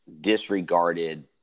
disregarded